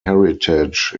heritage